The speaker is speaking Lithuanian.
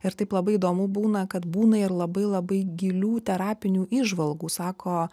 ir taip labai įdomu būna kad būna ir labai labai gilių terapinių įžvalgų sako